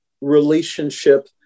relationship